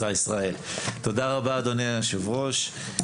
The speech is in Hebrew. מסע ישראל, תודה רבה אדוני היושב ראש.